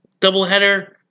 doubleheader